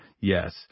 Yes